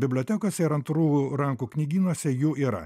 bibliotekose ir antrų rankų knygynuose jų yra